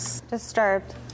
disturbed